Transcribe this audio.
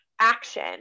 action